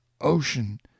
ocean